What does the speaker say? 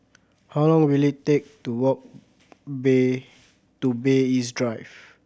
how long will it take to walk Bay to Bay East Drive